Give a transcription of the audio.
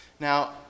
Now